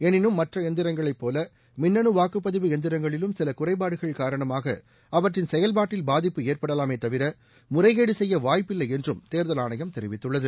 எனினும் மற்ற எந்திரங்களைப் போல மின்னணு வாக்குப்பதிவு எந்திரங்களிலும் சில குறைப்பாடுகள் காரணமாக அவற்றின் செயல்பாட்டில் பாதிப்பு ஏற்படலாமே தவிர முறைகேடு செய்ய வாய்ப்பில்லை என்றும் தேர்தல் ஆணையம் தெரிவித்துள்ளது